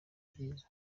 vyiza